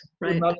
Right